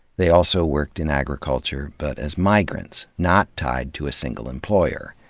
they also worked in agriculture but as migrants, not tied to a single employer.